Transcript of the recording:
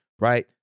Right